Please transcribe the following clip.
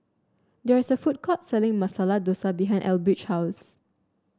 there is a food court selling Masala Dosa behind Elbridge's house